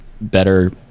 better